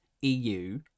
EU